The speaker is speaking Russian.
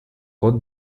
кот